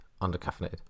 under-caffeinated